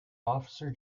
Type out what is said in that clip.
officer